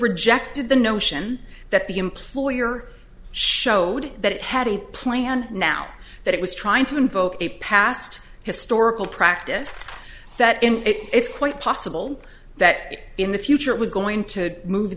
rejected the notion that the employer showed that it had a plan now that it was trying to invoke a past historical practice that and it's quite possible that in the future it was going to move